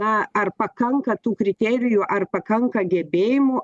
na ar pakanka tų kriterijų ar pakanka gebėjimų